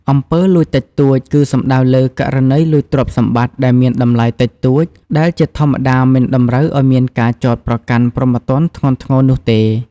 អំពើលួចតិចតួច គឺសំដៅលើ ករណីលួចទ្រព្យសម្បត្តិដែលមានតម្លៃតិចតួច ដែលជាធម្មតាមិនតម្រូវឱ្យមានការចោទប្រកាន់ព្រហ្មទណ្ឌធ្ងន់ធ្ងរនោះទេ។